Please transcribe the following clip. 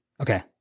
Okay